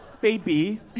Baby